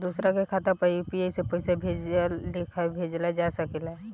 दोसरा के खाता पर में यू.पी.आई से पइसा के लेखाँ भेजल जा सके ला?